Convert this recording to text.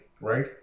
right